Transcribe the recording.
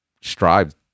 strive